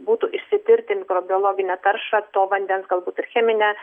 būtų išsitirti mikrobiologinę taršą to vandens galbūt ir cheminę